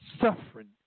suffering